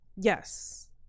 Yes